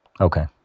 Okay